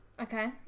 okay